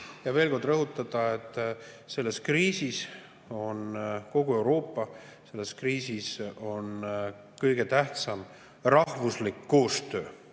ja veel kord rõhutada, et selles kriisis on kogu Euroopa, selles kriisis on kõige tähtsam rahvuslik koostöö.